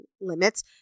limits